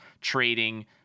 trading